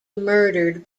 murdered